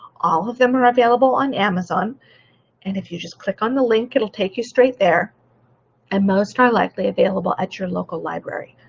all of them are available on amazon and if you just click on the link, it'll take you straight there and most likely available at your local library.